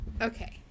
Okay